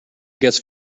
gets